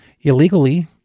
illegally